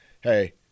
Hey